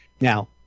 Now